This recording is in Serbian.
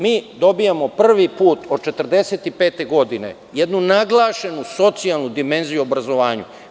Mi dobijamo prvi put od 1945. godine jednu naglašenu socijalnu dimenziju obrazovanja.